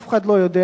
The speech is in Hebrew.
אף אחד לא יודע.